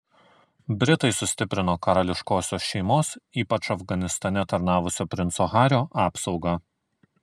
britai sustiprino karališkosios šeimos ypač afganistane tarnavusio princo hario apsaugą